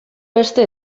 beste